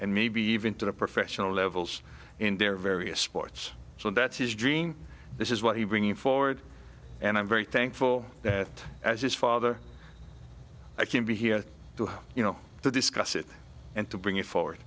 and maybe even to the professional levels in their various sports so that's his dream this is what he bring forward and i'm very thankful as his father i can't be here to you know to discuss it and to bring it forward